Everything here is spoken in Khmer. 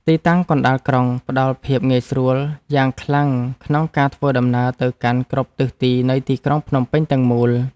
ទីតាំងកណ្តាលក្រុងផ្តល់ភាពងាយស្រួលយ៉ាងខ្លាំងក្នុងការធ្វើដំណើរទៅកាន់គ្រប់ទិសទីនៃទីក្រុងភ្នំពេញទាំងមូល។